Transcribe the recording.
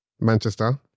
manchester